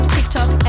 TikTok